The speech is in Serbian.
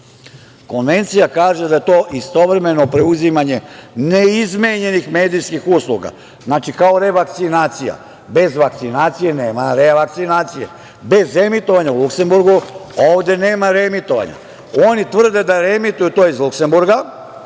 Konvencija kaže da je to istovremeno preuzimanje neizmenjenih medijskih usluga. Znači, kao revakcinacija. Bez vakcinacije nema revakcinacije. Bez emitovanja u Luksemburgu ovde nema reemitovanja. Oni tvrde da reemituju to iz Luksemburga